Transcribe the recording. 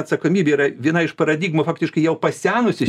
atsakomybė yra viena iš paradigmų faktiškai jau pasenusi